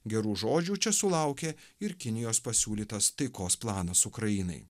gerų žodžių čia sulaukė ir kinijos pasiūlytas taikos planas ukrainai